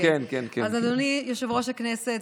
אדוני יושב-ראש הכנסת,